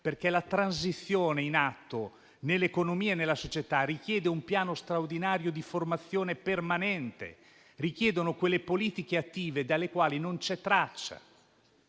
perché la transizione in atto nell'economia e nella società richiede un piano straordinario di formazione permanente; richiede quelle politiche attive delle quali non c'è traccia.